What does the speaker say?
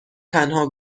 تنها